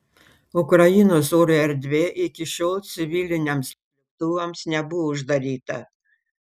ukrainos oro erdvė iki šiol civiliniams lėktuvams nebuvo uždaryta